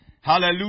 Hallelujah